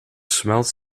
smells